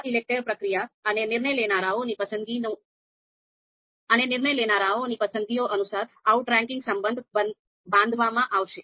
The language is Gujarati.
આ ELECTRE પ્રક્રિયા અને નિર્ણય લેનારાઓની પસંદગીઓ અનુસાર આઉટરેંકિંગ સંબંધ બાંધવામાં આવશે